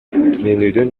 үйдөн